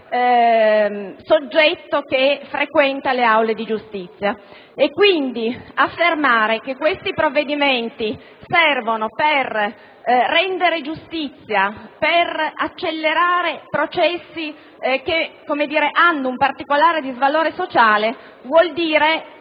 soggetto che frequenta le aule di giustizia. Quindi, affermare che questi provvedimenti servono per rendere giustizia e accelerare processi aventi particolare disvalore sociale, vuol dire